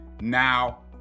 now